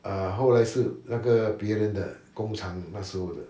err 后来是那个别人的工厂那时候的